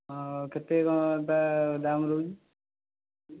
କେତେ କ'ଣ ଏଇଟା ଦାମ ରହୁଛି